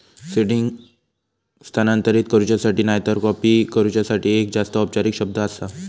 seeding स्थानांतरित करूच्यासाठी नायतर कॉपी करूच्यासाठी एक जास्त औपचारिक शब्द आसा